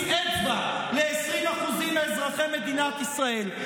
הצעות חוק שמטרתן להכניס אצבע בעין ל-20% מאזרחי מדינת ישראל.